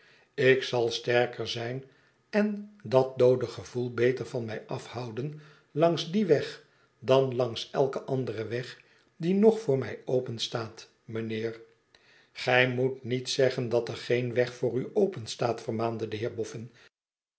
ik zal sterker zijn en dat doode gevoel beter van mij afhouden langs dien weg dan langs eiken anderen weg die nog voor mij openstaat mijnheer gij moet niet zeggen dat er geen weg voor u